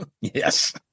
yes